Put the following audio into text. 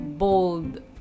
bold